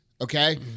Okay